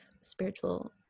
spiritual